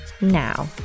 now